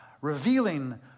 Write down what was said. revealing